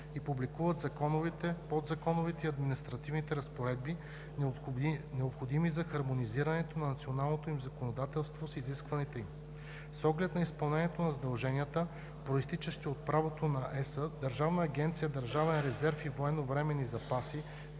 и публикуват законовите, подзаконовите и административните разпоредби, необходими за хармонизирането на националното им законодателство с изискванията ѝ. С оглед на изпълнение на задълженията, произтичащи от правото на ЕС, Държавната агенция „Държавен резерв и военновременни запаси“,